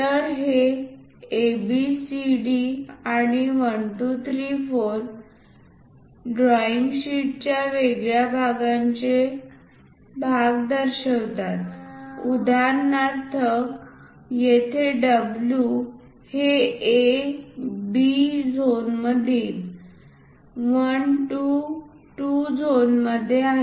तर हे A B C D आणि 1 2 3 4 ड्रॉईंग शीटच्या वेगवेगळ्या भागांचे भाग दर्शवितात उदाहरणार्थ येथे W हे A B झोनमधील 1 2 झोनमध्ये आहे